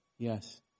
Yes